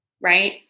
right